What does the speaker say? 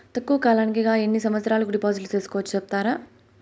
తక్కువ కాలానికి గా ఎన్ని సంవత్సరాల కు డిపాజిట్లు సేసుకోవచ్చు సెప్తారా